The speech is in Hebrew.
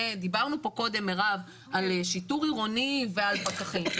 דיברנו קודם על שיטור עירוני ופקחים,